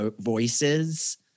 voices